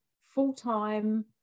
full-time